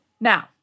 Now—